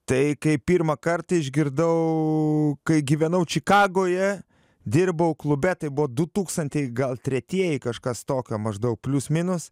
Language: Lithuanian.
tai kaip pirmą kartą išgirdau kai gyvenau čikagoje dirbau klube tai buvo du tūkstantieji gal tretieji kažkas tokio maždaug plius minus